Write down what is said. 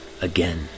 again